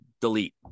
delete